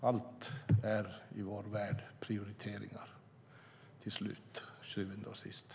Allt i vår värld är till syvende och sist en fråga om prioriteringar.